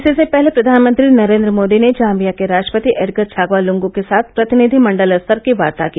इससे पहले प्रधानमंत्री नरेंद्र मोदी ने जाभ्बिया के राष्ट्रपति एडगर छागवा लूंगू के साथ प्रतिनिधिमण्डल स्तर की वार्ता की